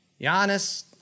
Giannis